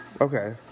Okay